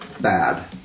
bad